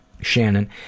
Shannon